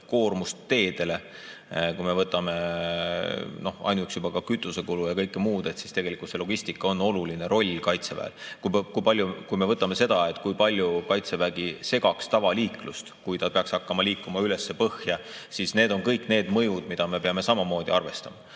koormust teedele, kui me [arvestame] ainuüksi kütusekulu ja kõike muud, siis tegelikult sel logistikal on oluline roll kaitseväel. Kui me võtame seda, kui palju kaitsevägi segaks tavaliiklust, kui ta peaks hakkama liikuma üles põhja, siis need on kõik need mõjud, mida me peame samamoodi arvestama.